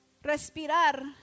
respirar